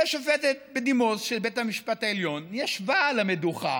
השופטת בדימוס של בית המשפט העליון ישבה על המדוכה